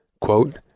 Quote